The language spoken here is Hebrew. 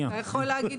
אתה יכול להגיד.